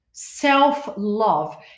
self-love